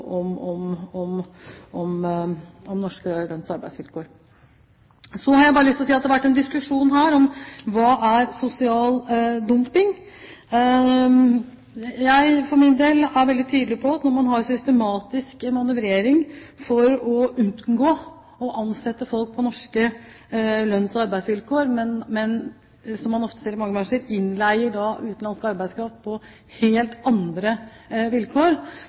hva sosial dumping er: Jeg for min del er veldig tydelig på at når man har systematisk manøvrering for å unngå å ansette folk på norske lønns- og arbeidsvilkår, men, som man ofte ser i mange bransjer, leier inn utenlandsk arbeidskraft på helt andre vilkår,